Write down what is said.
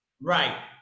right